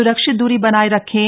सुरक्षित दूरी बनाए रखें